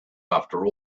after